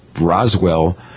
Roswell